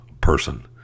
person